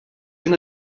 una